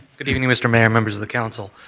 evening, mr. mayor, members of the council,